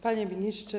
Panie Ministrze!